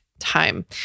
Time